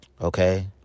okay